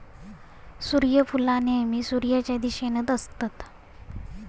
सुर्यफुला नेहमी सुर्याच्या दिशेनेच असतत